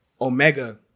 Omega